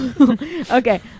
okay